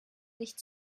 nicht